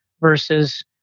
versus